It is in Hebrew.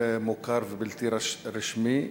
מוכר ובלתי רשמי,